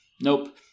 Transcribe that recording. nope